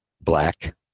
black